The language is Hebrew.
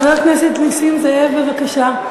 חבר הכנסת נסים זאב, בבקשה.